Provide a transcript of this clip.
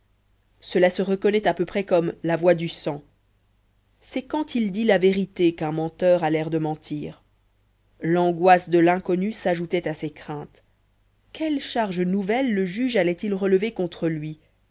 cela se reconnaît à peu près comme la voix du sang c'est quand il dit la vérité qu'un menteur a l'air de mentir l'angoisse de l'inconnu s'ajoutait à ses craintes quelles charges nouvelles le juge allait-il relever contre lui